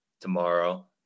tomorrow